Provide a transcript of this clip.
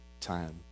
time